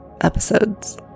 episodes